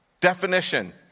definition